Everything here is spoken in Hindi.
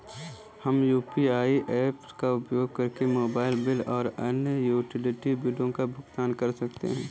हम यू.पी.आई ऐप्स का उपयोग करके मोबाइल बिल और अन्य यूटिलिटी बिलों का भुगतान कर सकते हैं